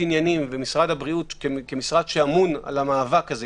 עניינים ומשרד הבריאות כמשרד שאמון על המאבק הזה,